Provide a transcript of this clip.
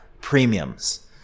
premiums